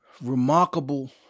Remarkable